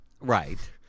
Right